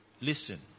Listen